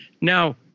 Now